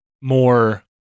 more